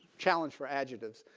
challenge for adjectives.